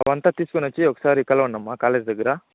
అవన్నీ తీసుకుని వచ్చి ఒకసారి కలవండి అమ్మ కాలేజ్ దగ్గర